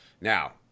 Now